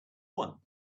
one